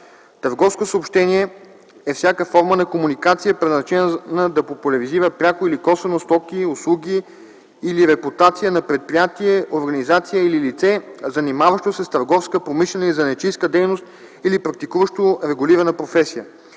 „Търговско съобщение” e всяка форма на комуникация, предназначена да популяризира, пряко или косвено, стоки, услуги или репутация на предприятие, организация или лице, занимаващо се с търговска, промишлена или занаятчийска дейност или практикуващо регулирана професия.